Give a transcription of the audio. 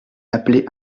appeler